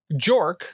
Jork